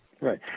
Right